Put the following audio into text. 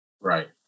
Right